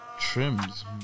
trims